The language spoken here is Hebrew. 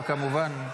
אבל כמובן,